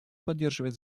поддерживает